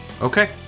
Okay